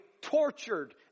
tortured